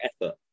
effort